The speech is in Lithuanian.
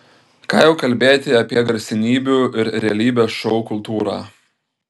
ką jau kalbėti apie garsenybių ir realybės šou kultūrą